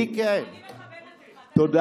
תודה